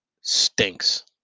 stinks